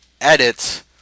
edit